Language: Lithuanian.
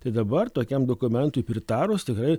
tai dabar tokiam dokumentui pritarus tikrai